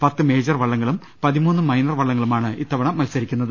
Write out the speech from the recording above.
പത്ത് മേജർ വള്ളങ്ങളും പതിമൂന്ന് മൈനർ വള്ളങ്ങളുമാണ് ഇത്ത വണ മത്സരിക്കുന്നത്